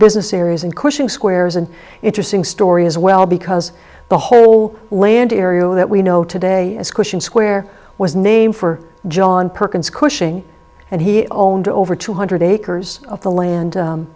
business areas in cushing squares an interesting story as well because the whole land area that we know today is question square was named for john perkins cushing and he owned over two hundred acres of the land